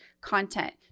content